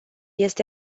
este